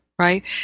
Right